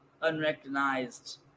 Unrecognized